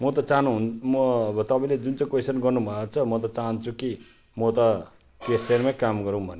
म त चाहनु हो म अब तपाईँले जुन चाहिँ क्वेसन गर्नु भएको छ म त चाहन्छु कि म त केसियरमा काम गरौँ भन्ने